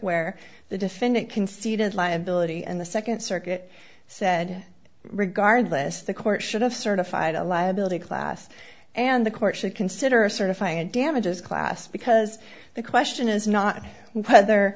where the defendant conceded liability and the nd circuit said regardless the court should have certified a liability class and the court should consider a certifying damages class because the question is not whether